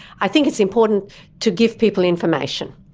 i think it's important to give people information.